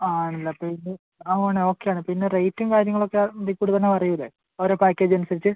ആണല്ലേ അപ്പോൾ ഇത് ആണ് ഓക്കെ ആണ് പിന്നെ റേറ്റും കാര്യങ്ങളുമൊക്കെ ഇതിൽ കൂടെ തന്നെ പറയില്ലേ ഓരോ പാക്കേജ് അനുസരിച്ച്